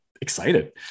excited